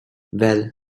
well